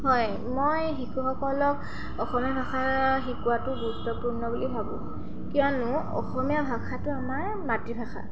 হয় মই শিশুসকলক অসমীয়া ভাষা শিকোৱাটো গুৰুত্বপূৰ্ণ বুলি ভাবোঁ কিয়নো অসমীয়া ভাষাটো আমাৰ মাতৃভাষা